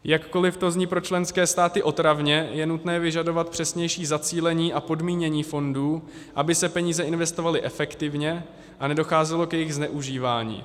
Jakkoli to zní pro členské státy otravně, je nutné vyžadovat přesnější zacílení a podmínění fondů, aby se peníze investovaly efektivně a nedocházelo k jejich zneužívání.